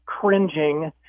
cringing